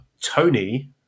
Tony